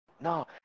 No